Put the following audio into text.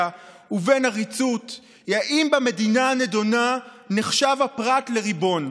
ובין עריצות היא אם במדינה הנדונה הפרט נחשב לריבון.